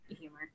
humor